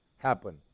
happen